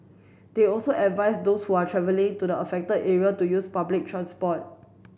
they also advise those who are travelling to the affected area to use public transport